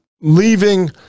leaving